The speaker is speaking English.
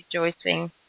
rejoicing